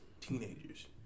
teenagers